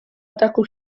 ataku